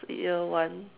year one